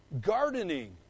gardening